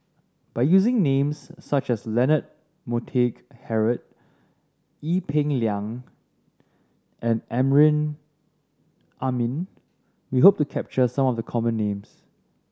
by using names such as Leonard Montague Harrod Ee Peng Liang and Amrin Amin we hope to capture some of the common names